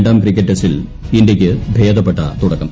രണ്ടാം ക്രിക്കറ്റ് ടെസ്റ്റിൽ ഇന്ത്യയ്ക്ക് ഭേദപ്പെട്ട തുടക്കം